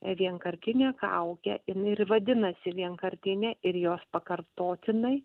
vienkartinę kaukė jinai ir vadinasi vienkartinė ir jos pakartotinai